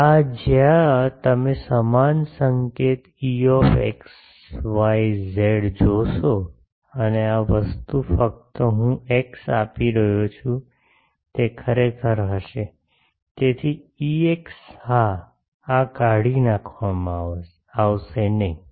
આહ જ્યાં તમે સમાન સંકેત E જોશો અને આ વસ્તુ ફક્ત હું કેએક્સ આપી રહ્યો છું તે ખરેખર હશે તેથી Ex હા આ કાઢી નાખવામાં આવશે નહીં